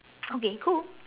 okay cool